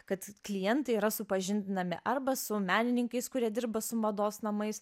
kad klientai yra supažindinami arba su menininkais kurie dirba su mados namais